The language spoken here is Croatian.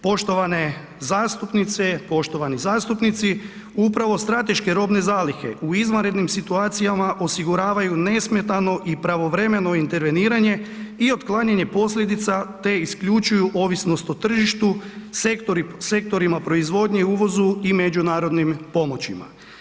Poštovane zastupnice, poštovani zastupnici, upravo strateške robne zalihe u izvanrednim situacijama osiguravaju nesmetano i pravovremeno interveniranje i otklanjanje posljedica te isključuju ovisnost o tržištu, sektorima proizvodnje, uvozu i međunarodnim pomoćima.